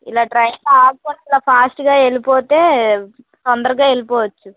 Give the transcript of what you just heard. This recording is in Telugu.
ఇలా ట్రైన్ ఆగకుండా ఫాస్ట్గా వెళ్ళిపోతే తొందరగా వెళ్ళిపోవచ్చు